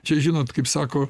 čia žinot kaip sako